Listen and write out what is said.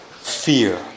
fear